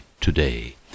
today